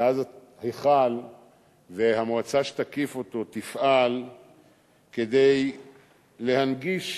ואז ההיכל והמועצה שתקיף אותו תפעל כדי להנגיש